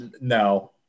no